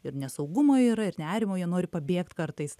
ir nesaugumo yra ir nerimo jie nori pabėgt kartais